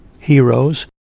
heroes